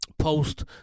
Post